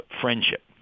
friendship